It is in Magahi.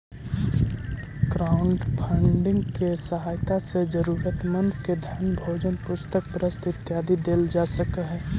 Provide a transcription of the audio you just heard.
क्राउडफंडिंग के सहायता से जरूरतमंद के धन भोजन पुस्तक वस्त्र इत्यादि देल जा सकऽ हई